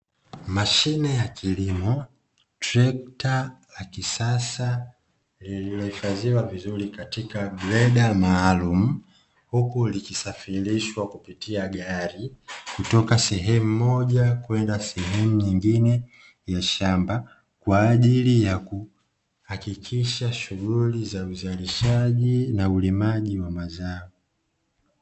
Mashine ya kilimo, trekta la kisasa lililohifadhiwa vizuri katika greda maalumu, huku likisafirishwa kupitia gari kutoka sehemu moja kwenda sehemu nyingine ya shamba kwa ajili ya kuhakikisha shughuli za uzalishaji na ulimaji wa mazao.